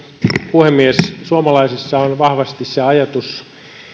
puhemies suomalaisissa on vahvasti se ajatus